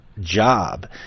job